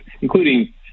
including